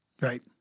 Right